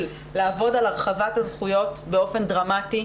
לעבוד על הרחבת הזכויות באופן דרמטי,